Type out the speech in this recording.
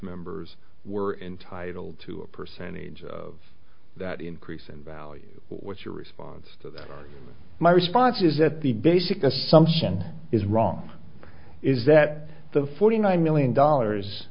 members were entitled to a percentage of that increase in value what's your response to my response is that the basic assumption is wrong is that the forty nine million dollars